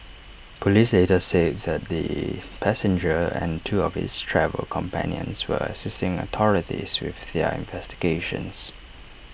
Police later said that the passenger and two of his travel companions were assisting authorities with their investigations